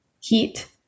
heat